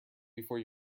before